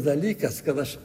dalykas kad aš